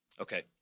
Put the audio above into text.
okay